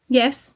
yes